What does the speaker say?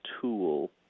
tool